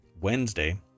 Wednesday